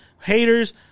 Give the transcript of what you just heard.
Haters